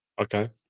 okay